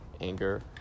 anger